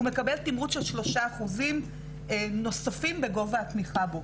הוא מקבל תימרוץ של שלושה אחוזים נוספים בגובה התמיכה בו.